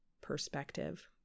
perspective